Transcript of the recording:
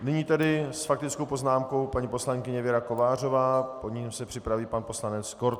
Nyní tedy s faktickou poznámkou paní poslankyně Věra Kovářová, po ní se připraví pan poslanec Korte.